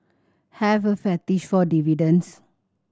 have a fetish for dividends